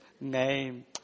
name